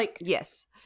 Yes